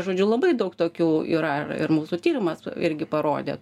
žodžiu labai daug tokių yra ir mūsų tyrimas irgi parodė